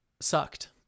sucked